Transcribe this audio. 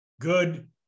Good